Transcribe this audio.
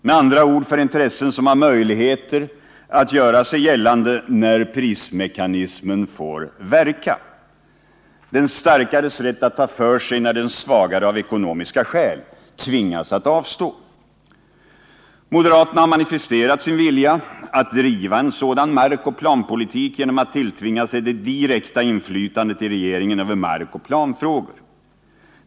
Med andra ord för intressen som har möjligheter att göra sig gällande när prismekanisnismen får verka. Den starkares rätt att ta för sig när den svagare av ekonomiska skäl tvingas att avstå. Moderaterna har manifesterat sin vilja att driva en sådan markoch planpolitik genom att tilltvinga sig det direkta inflytandet i regeringen över markoch planfrågor.